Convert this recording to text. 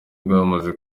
bamaze